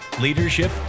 leadership